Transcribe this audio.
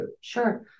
Sure